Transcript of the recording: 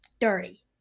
Dirty